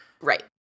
Right